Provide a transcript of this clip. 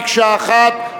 מקשה אחת,